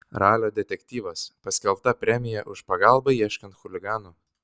ralio detektyvas paskelbta premija už pagalbą ieškant chuliganų